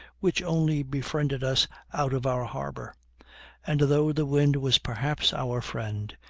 which only befriended us out of our harbor and though the wind was perhaps our friend,